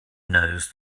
knows